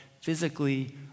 physically